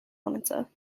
monitor